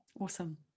Awesome